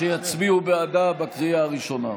שיצביעו בעדה בקריאה הראשונה.